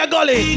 Gully